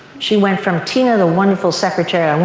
she went from tina the wonderful secretary.